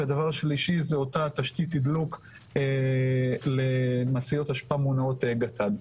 ודבר שלישי זה אותה תשתית תדלוק למשאיות אשפה מונעות גט"ד.